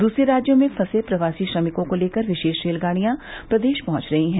दूसरे राज्यों में फँसे प्रवासी श्रमिकों को लेकर विशेष रेलगाड़ियाँ प्रदेश पहुँच रहीं हैं